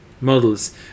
Models